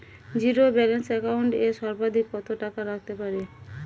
Zero balance account এ সর্বাধিক কত টাকা রাখতে পারি?